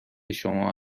شما